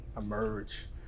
emerge